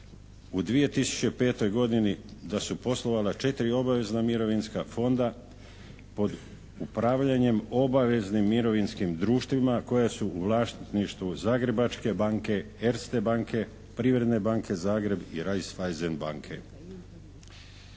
u 2005. godini da su poslovala četiri obavezna mirovinska fonda pod upravljanjem obaveznim mirovinskim društvima koja su u vlasništvu Zagrebačke banke, Erste banke, Privredne banke Zagreba, Reiffeisen banke.